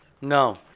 No